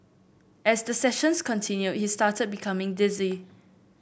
as the sessions continued he started becoming dizzy